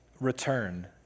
return